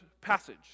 passage